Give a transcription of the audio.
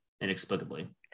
inexplicably